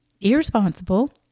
irresponsible